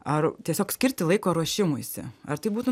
ar tiesiog skirti laiko ruošimuisi ar tai būtų